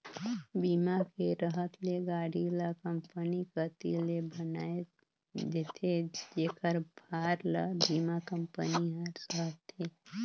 बीमा के रहत ले गाड़ी ल कंपनी कति ले बनाये देथे जेखर भार ल बीमा कंपनी हर सहथे